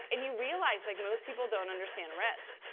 and you realize like most people don't understand risk.